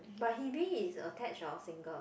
but Hebe is attached or single